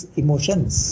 emotions